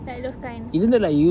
like those kind